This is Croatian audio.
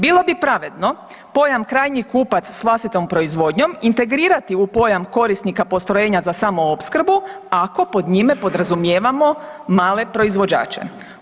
Bilo bi pravedno pojam krajnji kupac s vlastitom proizvodnjom integrirati u pojam korisnika postrojenja za samoopskrbu ako pod njime podrazumijevamo male proizvođače.